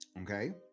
Okay